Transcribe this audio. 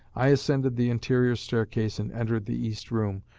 i ascended the interior staircase and entered the east room,